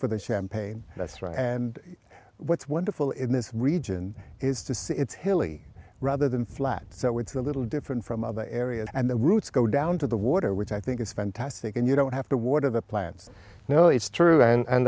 for the champagne that's right and what's wonderful in this region is to see it's hilly rather than flat so it's a little different from other areas and the roots go down to the water which i think is fantastic and you don't have to water the plants no it's true and